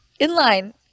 Inline